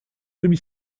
semi